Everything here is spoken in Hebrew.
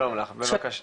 שלום לך, בבקשה.